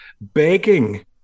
begging